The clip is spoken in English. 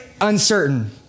uncertain